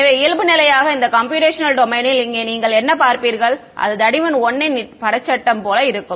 எனவே இயல்பு நிலையாக இந்த கம்ப்யூடேஷனல் டொமைனில் இங்கே நீங்கள் என்ன பார்ப்பீர்கள் அது தடிமன் 1 இன் படச்சட்டம் போல இருக்கும்